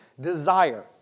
desire